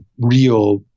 real